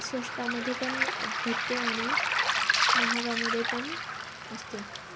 स्वस्तामध्ये पण भेटते आणि महागामध्ये पण असते